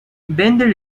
bender